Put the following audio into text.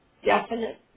definite